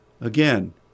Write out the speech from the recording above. again